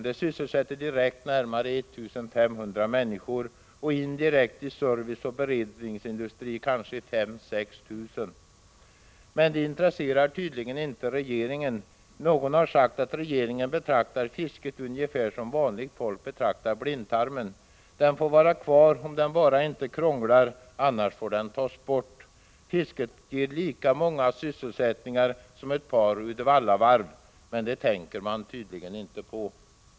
Det sysselsätter direkt närmare 1 500 människor och indirekt i service och beredningsindustri kanske 5 000-6 000. Men det intresserar tydligen inte regeringen. Någon har sagt att regeringen betraktar fisket ungefär som vanligt folk betraktar blindtarmen. Den får vara kvar om den bara inte krånglar, annars får den tas bort. Fisket ger lika mycket sysselsättning som ett par Uddevallavarv. Men det tänker man tydligen inte på.